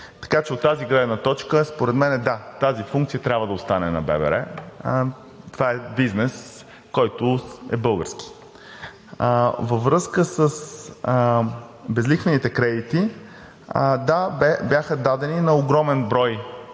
Така че от тази гледна точка според мен – да, тази функция трябва да остане на ББР. Това е бизнес, който е български. Във връзка с безлихвените кредити. Да, бяха дадени на огромен брой